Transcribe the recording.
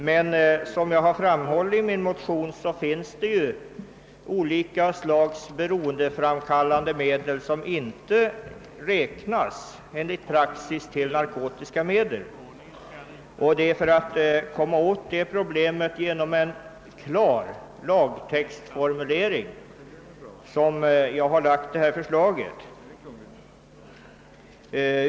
Men som jag framhållit i' min motion finns det olika slags beroendeframkallande medel som enligt praxis inte räknas till narkotiska medel. Det är för att komma åt det problemet genom en klar lagtextformulering som jag har lagt fram mitt förslag.